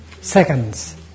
seconds